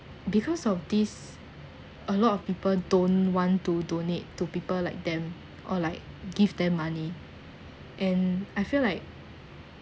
because of this a lot of people don't want to donate to people like them or like give them money and I feel like